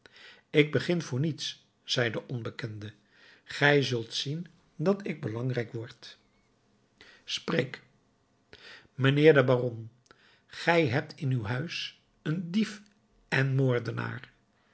ik begin voor niets zei de onbekende gij zult zien dat ik belangrijk word spreek mijnheer de baron ge hebt in uw huis een dief en moordenaar